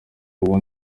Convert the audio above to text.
uwo